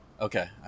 Okay